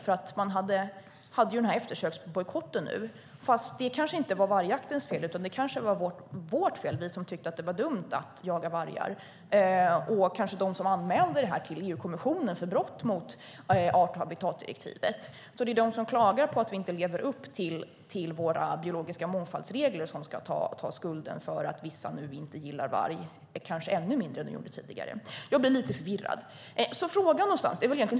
Nu har man ju den där eftersöksbojkotten. Det kanske inte var vargjaktens fel. Det kanske var vårt fel - vi som tycker att det är dumt att jaga vargar. Eller kanske beror det på dem som anmäler detta till EU-kommissionen för brott mot art och habitatdirektivet. Det är de som klagar på att vi inte lever upp till reglerna om biologisk mångfald som ska få skulden för att vissa inte gillar varg, och kanske gillar varg ännu mindre än tidigare. Jag blir lite förvirrad.